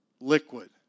liquid